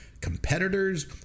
competitors